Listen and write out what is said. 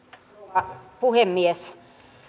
arvoisa rouva puhemies